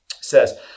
says